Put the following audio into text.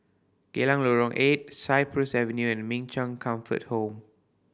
Geylang Lorong Eight Cypress Avenue and Min Chong Comfort Home